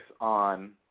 on